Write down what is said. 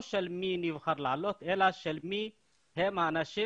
לא מי נבחר לעלות אלא מי הם האנשים